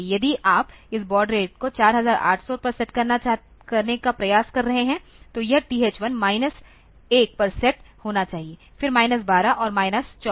यदि आप इस बॉड रेट को 4800 पर सेट करने का प्रयास कर रहे हैं तो यह TH1 माइनस 1 पर सेट होना चाहिए फिर माइनस 12 और माइनस 24